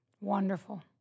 Wonderful